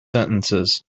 sentences